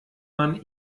man